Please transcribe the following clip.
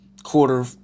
quarter